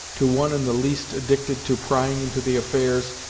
to one in the least addicted to prying into the affairs,